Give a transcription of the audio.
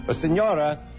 Signora